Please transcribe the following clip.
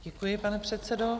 Děkuji, pane předsedo.